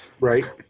Right